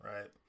right